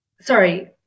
sorry